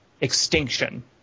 Extinction